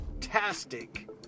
fantastic